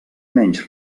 menys